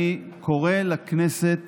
אני קורא לכנסת